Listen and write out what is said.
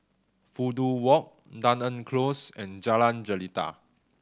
Fudu Walk Dunearn Close and Jalan Jelita